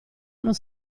non